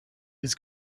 his